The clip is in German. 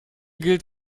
gilt